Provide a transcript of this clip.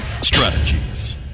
Strategies